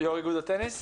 יו"ר איגוד הטניס.